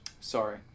Sorry